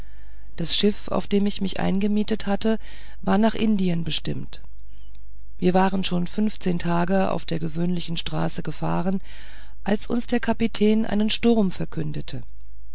das schiff auf dem ich mich eingemietet hatte war nach indien bestimmt wir waren schon fünfzehn tage auf der gewöhnlichen straße gefahren als uns der kapitän einen sturm verkündete